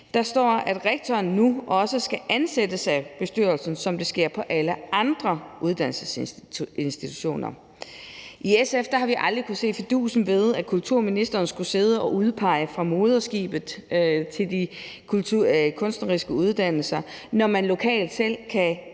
står der, at rektor nu også skal ansættes af bestyrelsen, som det sker på alle andre uddannelsesinstitutioner. I SF har vi aldrig kunnet se fidusen ved, at kulturministeren skulle sidde og udpege fra moderskibet til de kunstneriske uddannelser, når man lokalt selv kan ansætte